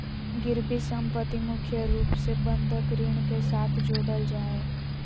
गिरबी सम्पत्ति मुख्य रूप से बंधक ऋण के साथ जोडल जा हय